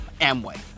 Amway